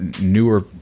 newer